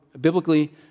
Biblically